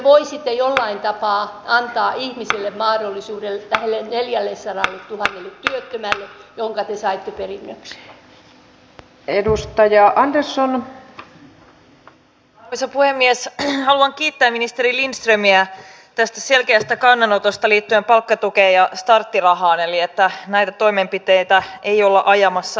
ja kun maksuista puhutaan niin meillä on nyt jo pohjoismaiden korkeimmat ja oecdnkin luokituksessa korkeat maksut jotka kohdistuvat yksittäisiin kansalaisiin ja siitä syystä on aivan oikein että se nostetaan esiin